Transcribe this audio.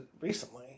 recently